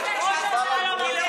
מדובר על ברוטו.